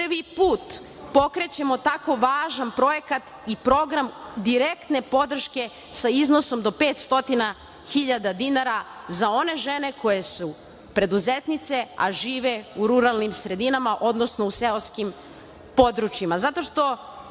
Prvi put pokrećemo tako važan projekat i program direktne podrške sa iznosom do 500 hiljada dinara za one žene koje su preduzetnice, a žive u ruralnim sredinama, odnosno u seoskim područjima